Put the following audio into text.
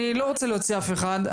אני לא רוצה להוציא אף אחד.